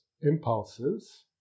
impulses